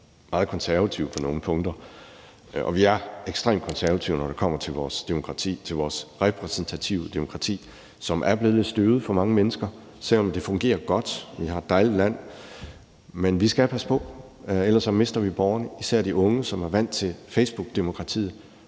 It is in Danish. vi er ekstremt konservative, når det kommer til vores demokrati, til vores repræsentative demokrati, som er blevet lidt støvet for mange mennesker, selv om det fungerer godt. Vi har et dejligt land, men vi skal passe på, ellers mister vi borgerne, især de unge, som er vant til Facebook-demokratiet.